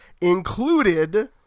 included